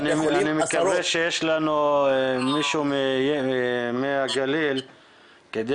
אני מקווה שיש לנו מישהו ממי הגליל כדי